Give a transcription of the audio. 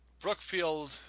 Brookfield